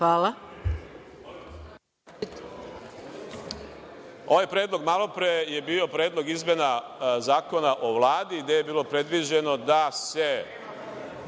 Hvala.